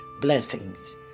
blessings